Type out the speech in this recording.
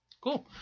Cool